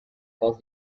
caused